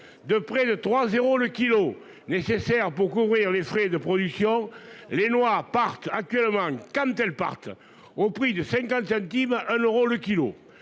de près de trois zéro le kilo nécessaires pour couvrir les frais de production les noix partent actuellement quand elles partent au prix de 50 centimes à l'euro le kilo.